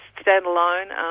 stand-alone